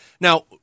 Now